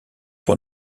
pour